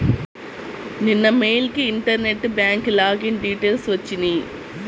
నిన్న మెయిల్ కి internet bank login details వచ్చినియ్యి